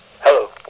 hello